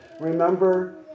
Remember